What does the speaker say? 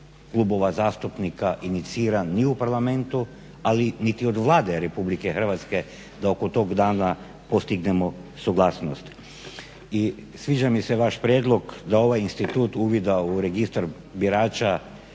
klubova zastupnika iniciran ni u Parlamentu, ali niti od Vlade RH da oko tog dana postignemo suglasnost. I sviđa mi se vaš prijedlog da ovaj institut uvida u registar birača